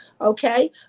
okay